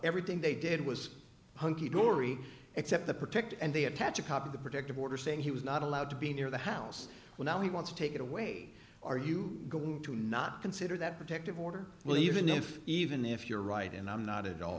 everything they did was hunky dory except the protect and they attach a copy of the protective order saying he was not allowed to be near the house well now he wants to take it away are you going to not consider that protective order will even if even if you're right and i'm not at all